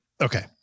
Okay